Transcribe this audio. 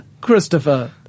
Christopher